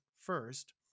first